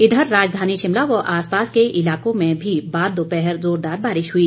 इधर राजधानी शिमला व आसपास के इलाकों में भी बाद दोपहर जोरदार बारिश हुई